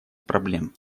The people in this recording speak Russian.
проблем